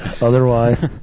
Otherwise